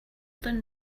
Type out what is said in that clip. than